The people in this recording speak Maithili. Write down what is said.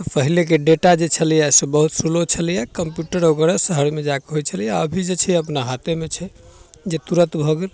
तऽ पहिलेके डेटा जे छलैए से बहुत स्लो छलैए कम्प्यूटर वगैरह शहरमे जाकऽ होइ छलैए अभी जे छै अपना हाथेमे छै जे तुरन्त भऽ गेल